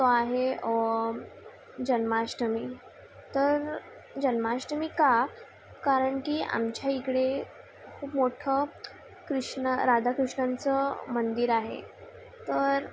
तो आहे जन्माष्टमी तर जन्माष्टमी का कारणकी आमच्या इकडे खूप मोठं कृष्ण राधाकृष्णाचं मंदिर आहे तर